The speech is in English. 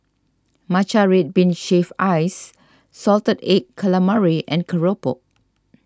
Matcha Red Bean Shaved Ice Salted Egg Calamari and Keropok